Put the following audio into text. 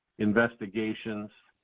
investigations,